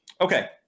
Okay